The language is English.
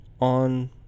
on